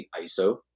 ISO